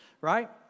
Right